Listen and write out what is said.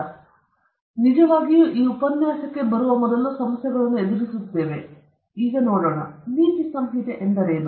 ನಾವು ನಿಜವಾಗಿಯೂ ಉಪನ್ಯಾಸಕ್ಕೆ ಬರಲು ಮೊದಲು ಸಮಸ್ಯೆಗಳನ್ನು ಎದುರಿಸುತ್ತೇವೆ ನಾವು ನೋಡೋಣ ನೀತಿಸಂಹಿತೆ ಎಂದರೇನು